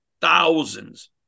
thousands